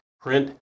print